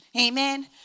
amen